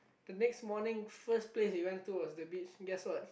the next morning first place we went to was the beach guess what